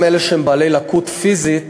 גם אלה שהם בעלי לקות פיזית,